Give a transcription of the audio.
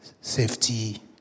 safety